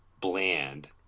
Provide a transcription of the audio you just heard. bland